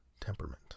temperament